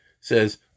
says